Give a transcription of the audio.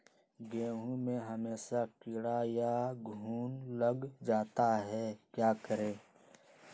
गेंहू में हमेसा कीड़ा या घुन लग जाता है क्या करें?